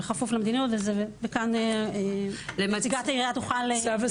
בכפוף למדיניות וכאן נציגת העירייה תוכל להסביר.